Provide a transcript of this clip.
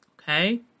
Okay